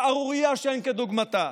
שערורייה שאין כדוגמתה.